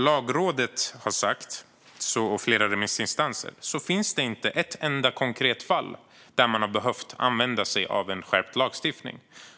Lagrådet och flera andra remissinstanser har sagt att det inte finns ett enda konkret fall där man har behövt använda sig av en skärpt lagstiftning.